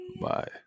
Bye